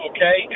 Okay